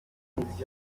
byinshi